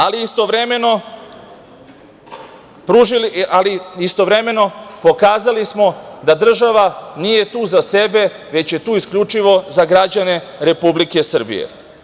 Ali, istovremeno, pokazali smo da država nije tu za sebe, već je tu isključivo za građane Republike Srbije.